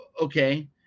Okay